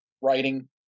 writing